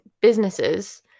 businesses